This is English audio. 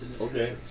Okay